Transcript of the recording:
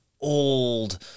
old